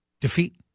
defeat